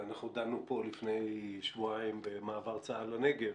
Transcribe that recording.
אנחנו דנו פה לפני שבועיים במעבר צה"ל לנגב.